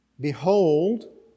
Behold